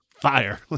Fire